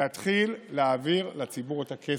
להתחיל להעביר לציבור את הכסף.